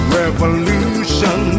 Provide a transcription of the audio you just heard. revolution